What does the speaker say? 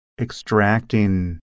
extracting